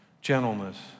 gentleness